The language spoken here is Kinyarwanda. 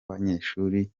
banyeshuri